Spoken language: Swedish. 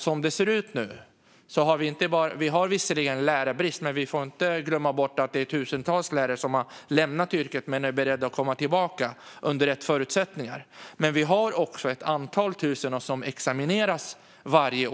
Som det ser ut nu har vi visserligen lärarbrist, men vi får inte glömma bort att det också finns tusentals lärare som har lämnat yrket men är beredda att under rätt förutsättningar komma tillbaka. Vi har också ett antal tusen som varje år examineras från högskolor och universitet.